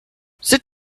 sit